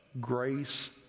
grace